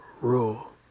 Rule